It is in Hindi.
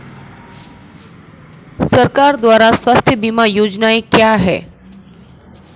सरकार द्वारा स्वास्थ्य बीमा योजनाएं क्या हैं?